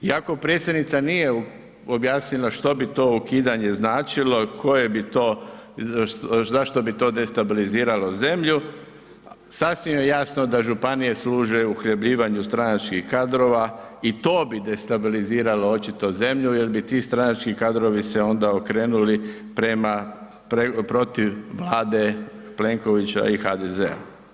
Iako predsjednica nije objasnila što bi to ukidanje značilo, koje bi to, zašto bi to destabiliziralo zemlju, sasvim je jasno da županije služe uhljebljivanju stranačkih kadrova i to bi destabiliziralo očito zemlju jer bi ti stranački kadrovi se onda okrenuli prema, protiv Vlade, Plenkovića i HDZ-a.